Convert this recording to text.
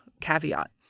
caveat